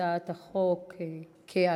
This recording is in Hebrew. התשע"ג 2013,